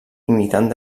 imitant